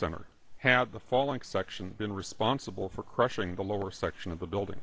center had the following section been responsible for crushing the lower section of the building